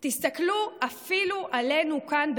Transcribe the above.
תסתכלו אפילו עלינו כאן,